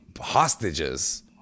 hostages